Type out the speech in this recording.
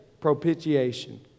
propitiation